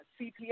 CPS